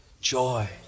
Joy